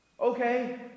Okay